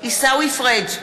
עיסאווי פריג'